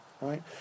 right